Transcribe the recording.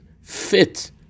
fit